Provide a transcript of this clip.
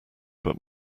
but